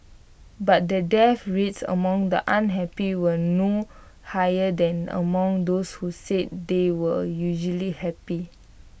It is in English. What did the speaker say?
but the death rates among the unhappy were no higher than among those who said they were usually happy